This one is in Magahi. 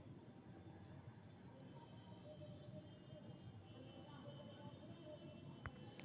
केतना न कंपनी मेकप के समान बनावेला गुलाब के फूल इस्तेमाल करई छई